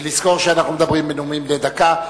לזכור שאנחנו מדברים בנאומים בני דקה.